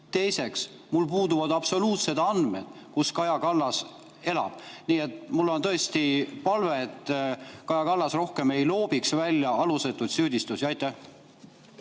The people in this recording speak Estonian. Teiseks, mul puuduvad absoluutselt andmed, kus Kaja Kallas elab. Nii et mul on tõesti palve, et Kaja Kallas rohkem ei loobiks alusetuid süüdistusi. Aitäh,